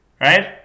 Right